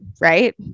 right